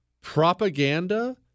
propaganda